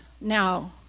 now